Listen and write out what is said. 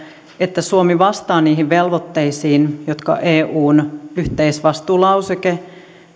että suomi vastaa niihin velvoitteisiin jotka eun yhteisvastuulauseke